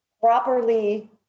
properly